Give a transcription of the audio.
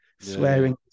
swearing